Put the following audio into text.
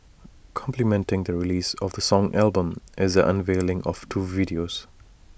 complementing the release of the song album is the unveiling of two videos